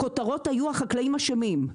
הכותרות היו החקלאים אשמים,